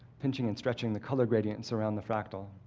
pinching and stretching the color gradients around the fractal,